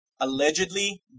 allegedly